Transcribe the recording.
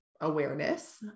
awareness